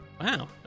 Wow